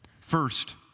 First